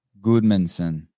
goodmanson